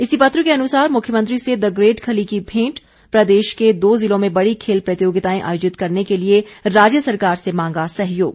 इसी पत्र के अनुसार मुख्यमंत्री से द ग्रेट खली की मेंट प्रदेश के दो जिलों में बड़ी खेल प्रतियोगिताएं आयोजित करने के लिए राज्य सरकार से मांगा सहयोग